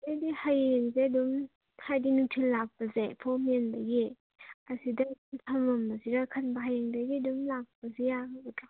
ꯑꯩꯗꯤ ꯍꯌꯦꯡꯁꯦ ꯑꯗꯨꯝ ꯍꯥꯏꯗꯤ ꯅꯨꯡꯊꯤꯜ ꯂꯥꯛꯄꯁꯦ ꯐꯣꯝ ꯃꯦꯟꯕꯒꯤ ꯑꯁꯤꯗ ꯊꯝꯃꯝꯃꯁꯤꯔ ꯈꯟꯕ ꯍꯌꯦꯡꯗꯒꯤ ꯑꯗꯨꯝ ꯂꯥꯛꯄꯁꯦ ꯌꯥꯔꯣꯏꯗ꯭ꯔꯣ